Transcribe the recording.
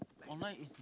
online is